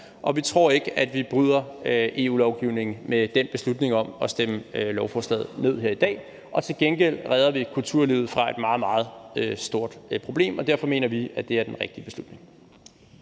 vi tror ikke, at vi bryder EU-lovgivningen med den beslutning om at stemme lovforslaget ned her i dag. Til gengæld redder vi kulturlivet fra et meget, meget stort problem. Derfor mener vi, at det er den rigtige beslutning.